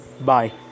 Bye